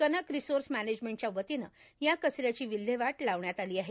Kanak resource मॅनेजमेंटच्या वतीने या कच याची विल्हेवाट लावण्यात आली आहे